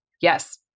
yes